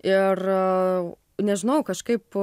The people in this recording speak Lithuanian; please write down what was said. ir nežinau kažkaip